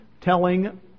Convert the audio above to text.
telling